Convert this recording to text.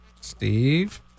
Steve